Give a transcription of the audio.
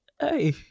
Hey